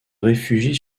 réfugient